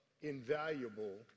invaluable